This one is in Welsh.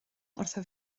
wrtho